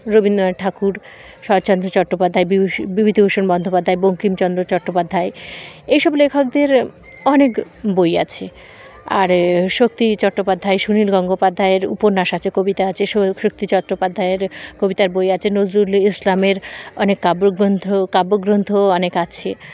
রবীন্দ্রনাথ ঠাকুর শরৎচন্দ্র চট্টোপাধ্যায় বিভূ বিভূতিভূষণ বন্দ্যোপাধ্যায় বঙ্কিমচন্দ্র চট্টোপাধ্যায় এইসব লেখকদের অনেক বই আছে আর শক্তি চট্টোপাধ্যায় সুনীল গঙ্গোপাধ্যায়ের উপন্যাস আছে কবিতা আছে শক্তি চট্টোপাধ্যায়ের কবিতার বই আছে নজরুল ইসলামের অনেক কাব্যগ্রন্থ কাব্যগ্রন্থও অনেক আছে